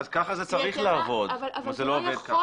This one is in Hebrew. אבל ככה זה צריך לעבוד אם זה לא עובד ככה.